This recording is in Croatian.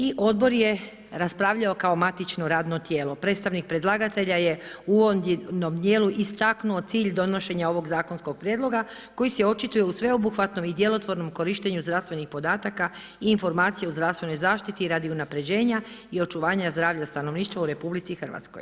I odbor je raspravljao kao matično radno tijelo, predstavnik predlagatelja je u uvodnom dijelu istaknuo cilj donošenja ovog zakonskog prijedloga koji se očituje u sveobuhvatnom i djelotvornom korištenju zdravstvenih podataka i informacija o zdravstvenoj zaštiti radi unapređenja i očuvanja zdravlja stanovništva u RH.